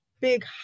big